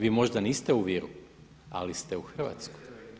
Vi možda niste u Viru ali ste u Hrvatskoj.